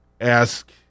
ask